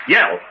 Yell